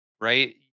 right